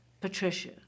Patricia